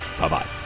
bye-bye